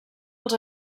als